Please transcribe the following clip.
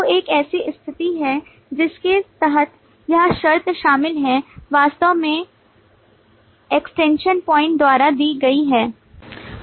तो एक ऐसी स्थिति है जिसके तहत यह शर्त शामिल है वास्तव में एक्सटेंशन प्वाइंट द्वारा दी गई है